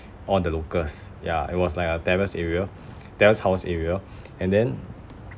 all the locals ya it was like a terrace area terrace house area and then